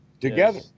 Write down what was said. together